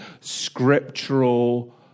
scriptural